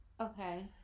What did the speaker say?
Okay